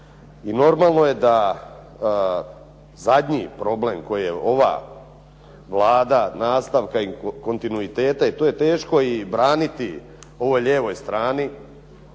I normalno je da zadnji problem koji je ova Vlada nastavka i kontinuiteta, i to je teško i braniti ovoj lijevoj strani,